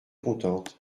contente